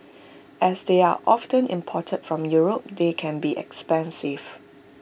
as they are often imported from Europe they can be expensive